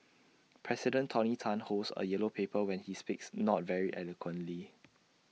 president tony Tan holds A yellow paper when he speaks not very eloquently